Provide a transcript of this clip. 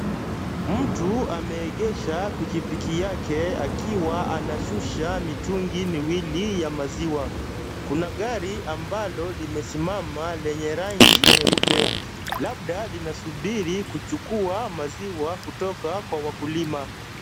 Mtu ameegesha piki piki yake akiwa anashusha mitungi miwili ya maziwa. Kuna gari ambalo limesimama lenye rangi nyeupe, labda linasubiri kuchukua maziwa kutoka kwa wakulima.